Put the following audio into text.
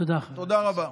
תודה רבה.